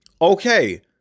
Okay